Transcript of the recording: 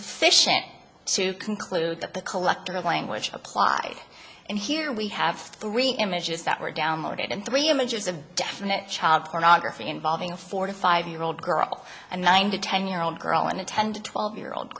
sufficient to conclude that the collector of language applied and here we have three images that were downloaded in three images of a definite child pornography involving a forty five year old girl and nine to ten year old girl and a ten to twelve year old